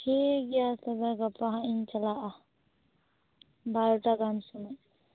ᱴᱷᱤᱠᱜᱮᱭᱟ ᱛᱚᱵᱮ ᱜᱟᱯᱟ ᱦᱟᱸᱜ ᱤᱧ ᱪᱟᱞᱟᱜᱼᱟ ᱵᱟᱨᱚᱴᱟ ᱜᱟᱱ ᱥᱚᱢᱚᱭ